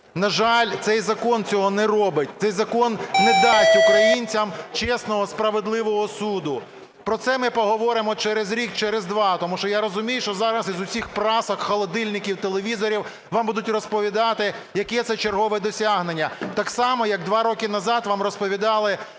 На жаль, цей закон цього не робить. Цей закон не дасть українцям чесного, справедливого суду. Про це ми поговоримо через рік, через два. Тому що я розумію, що зараз із усіх прасок, холодильників, телевізорів вам будуть розповідати, яке це чергове досягнення, так само, як два роки назад вам розповідали